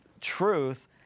truth